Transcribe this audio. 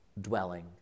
dwelling